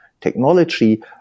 technology